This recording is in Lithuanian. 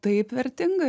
taip vertinga